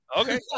Okay